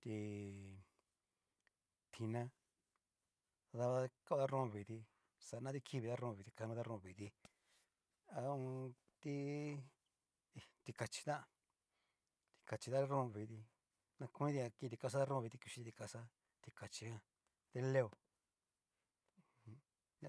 Ti. tina davati kao ta rrón ón veiti, xanati kiviti ta rrón on veiti kanoti ta rrón on veiti, ha ho o on. ti. tikachi tán tikachi ta rrón on veiti nakoniti na kein tikaxa ta rrón on veiti na kuchiti tikaxa tikachi jan tileo uju.